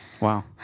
Wow